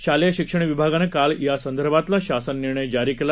शालेय शिक्षण विभागानं काल यासंदर्भातला शासन निर्णय जारी केला